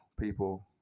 people